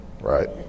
Right